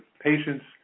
patients